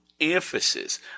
emphasis